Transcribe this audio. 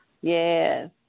Yes